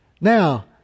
Now